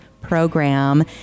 program